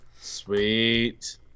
sweet